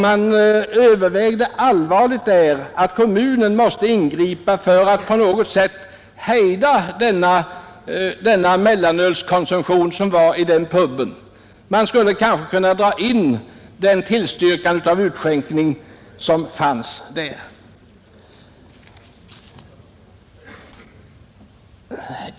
Man övervägde där allvarligt att kommunen skulle ingripa för att på något sätt hejda den mellanölskonsumtion som förekom. Man skulle kanske kunna dra in tillståndet till utskänkningen.